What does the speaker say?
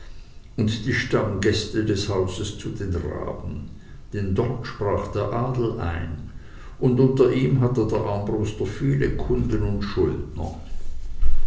und die stammgäste des hauses zu den raben denn dort sprach der adel ein und unter ihm hatte der armbruster viele kunden und schuldner